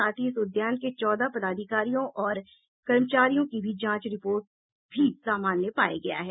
साथ ही इस उद्यान के चौदह पदाधिकारियों और कर्मचारियों की भी जांच रिपोर्ट भी सामान्य पाया गया है